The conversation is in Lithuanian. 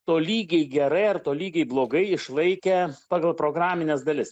tolygiai gerai ar tolygiai blogai išlaikė pagal programines dalis